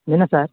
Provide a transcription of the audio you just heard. నిన్న సార్